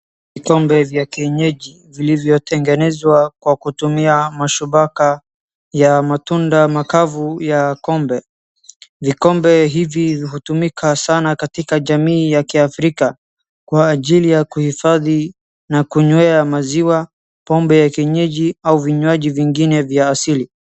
Vikombe vya kienyeji vilivyotengenezwa kwa kutumia mashubaka ya matunda makavu ya kombe, vikombe hivi hutumika sana katika jamii ya kiafrica kwa ajili ya kuhifadhi, na kunywea maziwa, pombe ya kienyeji au vinywaji vingine vya asili.